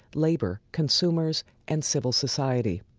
labor, consumers and civil society